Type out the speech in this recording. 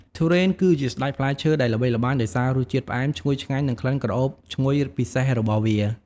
ទុរេន គឺជាស្តេចផ្លែឈើដែលល្បីល្បាញដោយសាររសជាតិផ្អែមឈ្ងុយឆ្ងាញ់ និងក្លិនក្រអូបឈ្ងុយពិសេសរបស់វា។